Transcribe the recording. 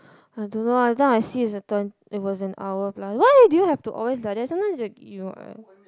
I don't know lah that time I see it's a twenty it was an hour plus why do you have to always like that sometimes you you I